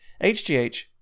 HGH